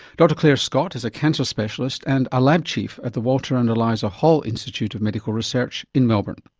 dr clare scott is a cancer specialist and a lab chief at the walter and eliza hall institute of medical research in melbourne.